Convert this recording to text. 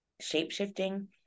shape-shifting